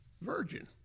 virgin